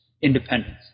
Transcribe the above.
independence